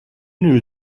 knew